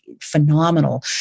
phenomenal